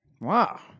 wow